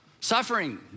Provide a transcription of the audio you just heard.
suffering